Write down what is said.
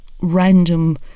random